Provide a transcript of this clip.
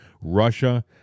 Russia